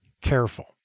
careful